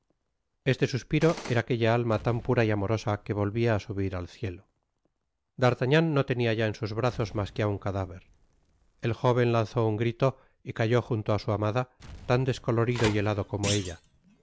este suspiro era aquella alma tan pura y amorosa que volvia á subir al cielo d'artagnan no tenia ya en sus brazos mas que á un cadáver el jóven lanzó un grito y cayó junto á su amada tan descolorido y helado como ella